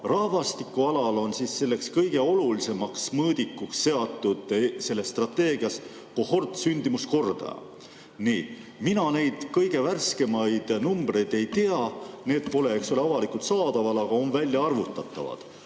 rahvastiku alal on selleks kõige olulisemaks mõõdikuks seatud selles strateegias kohortsündimuskordaja. Mina neid kõige värskemaid numbreid ei tea, need pole avalikult saadaval, aga on välja arvutatavad.